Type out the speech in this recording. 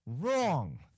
Wrong